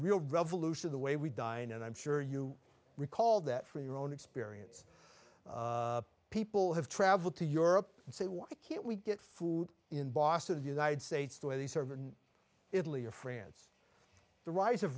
real revolution the way we dine and i'm sure you recall that for your own experience people have traveled to europe and say why can't we get food in boston of the united states the way they serve in italy or france the rise of